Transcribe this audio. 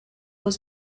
was